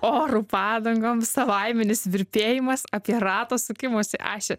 orų padangoms savaiminis virpėjimas apie rato sukimosi ašį